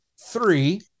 three